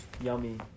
Yummy